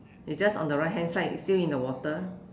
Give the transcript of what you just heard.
it's just on the right hand side still in the water